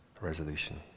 resolution